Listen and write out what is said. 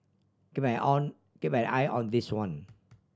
keep an eye on this one